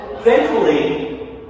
Thankfully